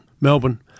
Melbourne